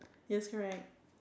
yes correct